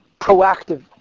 proactive